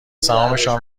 سهامشان